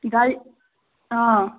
ꯒꯥꯔꯤ ꯑꯥ